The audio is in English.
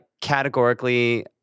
Categorically